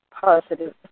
positive